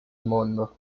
mondo